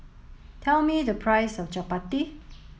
tell me the price of Chapati